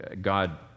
God